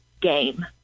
game